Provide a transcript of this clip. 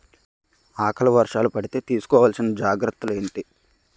ఆకలి వర్షాలు పడితే తీస్కో వలసిన జాగ్రత్తలు ఏంటి?